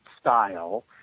style